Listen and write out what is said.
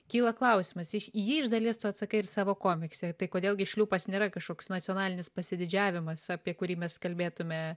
kyla klausimas iš jį iš dalies tu atsakai ir savo komikse tai kodėl gi šliūpas nėra kažkoks nacionalinis pasididžiavimas apie kurį mes kalbėtume